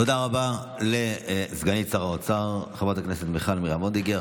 תודה רבה לסגנית שר האוצר חברת הכנסת מיכל מרים וולדיגר.